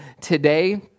today